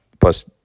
plus